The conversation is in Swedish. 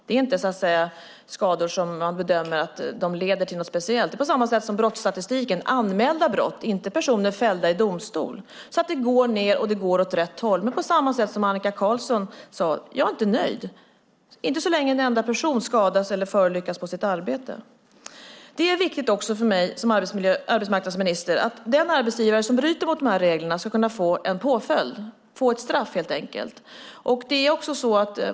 Det är inte skador som man bedömer leder till något speciellt. Det är precis som i brottsstatistiken där det handlar om antalet anmälda brott och inte personer fällda i domstol. Det går ned, och det går åt rätt håll. Men precis som Annika Qarlsson vill jag säga att jag inte är nöjd så länge en enda person skadas eller förolyckas på sitt arbete. För mig som arbetsmarknadsminister är det viktigt att den arbetsgivare som bryter mot dessa regler ska kunna få en påföljd. Man ska helt enkelt kunna få ett straff.